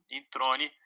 Introne